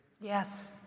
Yes